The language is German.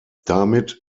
damit